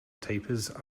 tapers